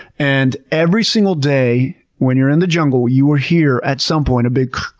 and every single day when you're in the jungle, you will hear at some point, a big.